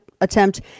attempt